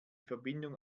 verbindung